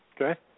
Okay